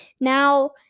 Now